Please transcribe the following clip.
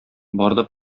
барды